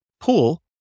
pool